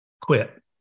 quit